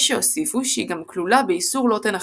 יש שהוסיפו שהיא גם כלולה באיסור לא תנחשו.